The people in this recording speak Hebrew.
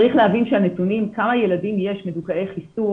צריך להבין כמה ילדים מדוכאי חיסון יש,